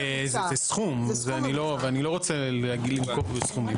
זה סכום ואני לא רוצה לנקוב בסכומים.